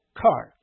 car